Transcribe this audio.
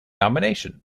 nomination